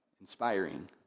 inspiring